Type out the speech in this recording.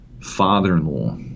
father-in-law